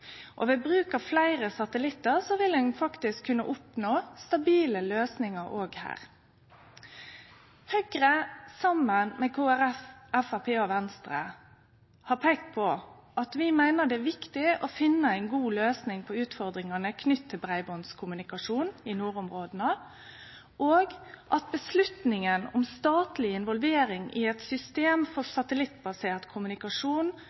at vi meiner det er viktig å finne ei god løysing på utfordringane knytte til breibandskommunikasjon i nordområda, og at avgjerda om statleg involvering i eit system for satellittbasert kommunikasjon